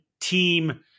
team –